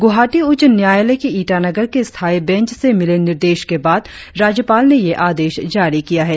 गुवाहाटी उच्च न्यायालय के ईटानगर की स्थायी बैंच से मिले निर्देश के बाद राज्यपाल ने ये आदेश जारी किया है